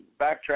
backtrack